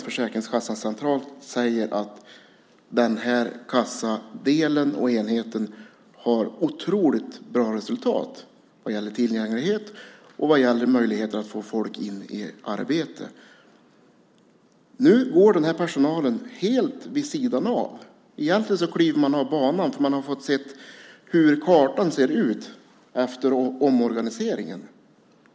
Försäkringskassan centralt säger att denna kassadel och enhet har haft ett otroligt bra resultat vad gäller tillgänglighet och vad gäller möjligheten att få in folk i arbete. Nu går personalen helt vid sidan av. Egentligen kliver man av banan därför att man har fått se hur kartan kommer att se ut efter omorganiseringen.